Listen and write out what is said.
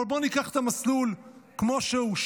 אבל בואו ניקח את המסלול כמו שהוא,